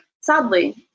Sadly